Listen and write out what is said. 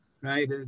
right